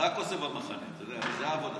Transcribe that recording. רק עושה במחנה, זו העבודה.